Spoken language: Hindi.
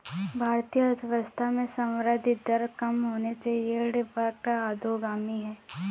भारतीय अर्थव्यवस्था में संवृद्धि दर कम होने से यील्ड वक्र अधोगामी है